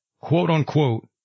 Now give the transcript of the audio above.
quote-unquote